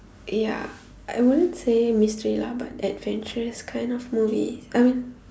ya I wouldn't say mystery lah but adventurous kind of movie I mean